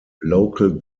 local